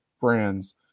brands